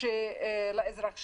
לאזרח שלנו.